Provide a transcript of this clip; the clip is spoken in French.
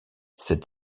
cet